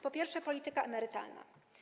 Po pierwsze, polityka emerytalna.